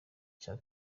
icya